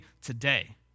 today